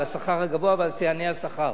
על השכר הגבוה ועל שיאני השכר,